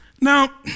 Now